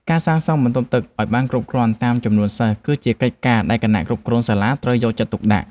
ការសាងសង់បន្ទប់ទឹកឱ្យបានគ្រប់គ្រាន់តាមចំនួនសិស្ស គឺជាកិច្ចការដែលគណៈគ្រប់គ្រងសាលាត្រូវយកចិត្តទុកដាក់។